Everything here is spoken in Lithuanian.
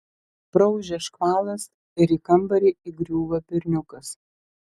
praūžia škvalas ir į kambarį įgriūva berniukas